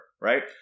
right